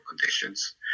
conditions